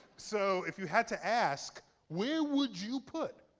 so if you had to ask, where would you put